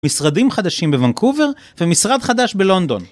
משרדים חדשים בוונקובר ומשרד חדש בלונדון.